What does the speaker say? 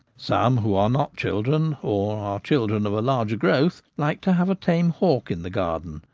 some who are not children, or are children of a larger growth like to have a tame hawk in the garden,